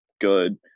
good